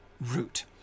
route